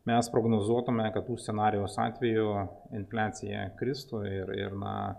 mes prognozuotume kad u scenarijaus atveju infliacija kristų ir ir na